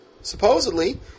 supposedly